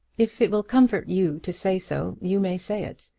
if it will comfort you to say so, you may say it.